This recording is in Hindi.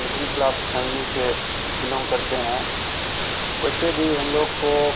मिडिल क्लास फैमली से बिलोंग करते हैं वैसे भी हम लोग को